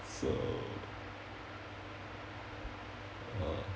so uh